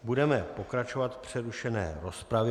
Budeme pokračovat v přerušené rozpravě.